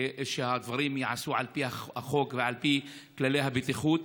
שהדברים ייעשו על פי החוק ועל פי כללי הבטיחות.